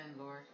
Lord